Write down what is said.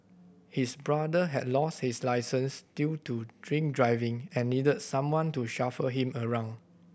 his brother had lost his licence due to drink driving and needed someone to chauffeur him around